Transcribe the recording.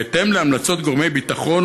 בהתאם להמלצות גורמי ביטחון,